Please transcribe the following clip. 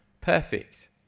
perfect